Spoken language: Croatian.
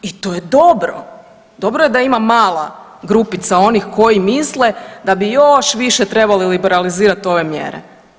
I to je dobro, dobro je da ima mala grupica onih koji misle da bi još više trebali liberalizirati ove mjere.